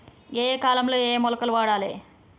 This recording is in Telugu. ఏయే కాలంలో ఏయే మొలకలు వాడాలి?